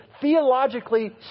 theologically